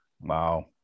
wow